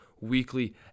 weekly